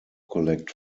collect